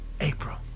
April